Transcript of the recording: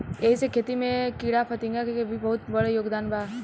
एही से खेती में कीड़ाफतिंगा के भी बहुत बड़ योगदान बा